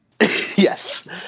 Yes